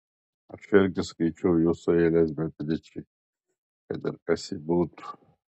aš irgi skaičiau jūsų eiles beatričei kad ir kas ji būtų